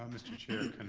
um mr. chair,